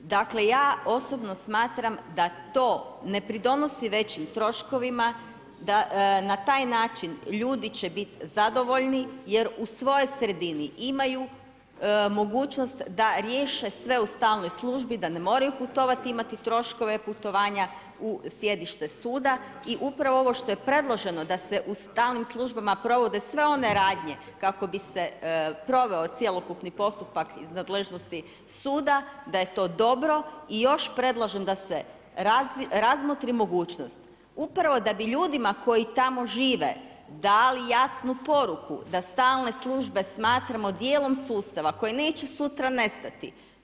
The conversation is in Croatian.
Dakle, ja osobno smatram da to ne pridonosi većim troškovima, na taj način ljudi će biti zadovoljni jer u svojoj sredini imaju mogućnost da riješe sve u stalnoj službi, da ne moraju putovati i imati troškove putovanja u sjedište suda i upravo ovo što je predloženo da se u stalnim službama provode sve one radnje kako bi se proveo cjelokupni postupak iz nadležnosti suda, da je to dobro, i još predlažem da se razmotri mogućnost upravo da bi ljudima koji tamo žive dali jasnu poruku da stalne službe smatramo dijelom sustava koje neće sutra nestati.